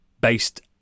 based